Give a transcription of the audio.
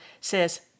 says